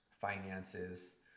finances